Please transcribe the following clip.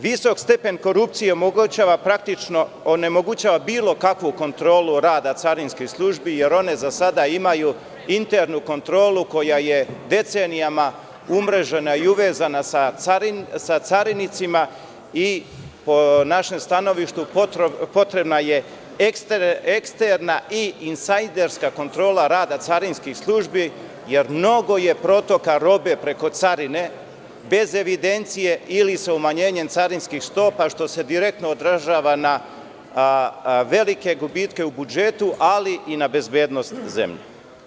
Visok stepen korupcije omogućava praktično onemogućava bilo kakvu kontrolu rada carinskih službi, jer one za sada imaju internu kontrolu koja je decenijama umrežena i uvezana sa carinicima i po našem stanovištu potrebna je eksterna i insajderska kontrola rada carinskih službi, jer mnogo je protoka robe preko carine, bez evidencije, ili sa umanjenjem carinskih stopa, što se direktno odražava na velike gubitke u budžetu, ali i na bezbednost zemlje.